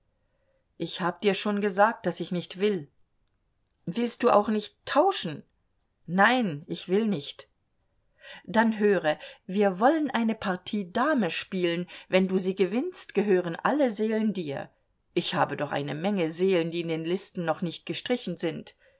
ich hab dir schon gesagt daß ich nicht will willst du auch nicht tauschen nein ich will nicht dann höre wir wollen eine partie dame spielen wenn du sie gewinnst gehören alle seelen dir ich habe doch eine menge seelen die in den listen noch nicht gestrichen sind